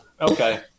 okay